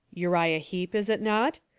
uriah heep, is it not?